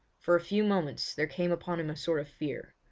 for a few moments there came upon him a sort of fear.